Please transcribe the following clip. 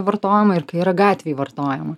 vartojama ir kai yra gatvėj vartojama